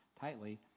tightly